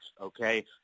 Okay